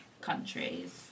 countries